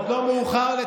אתה עושה, אנחנו לא נימנע.